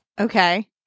Okay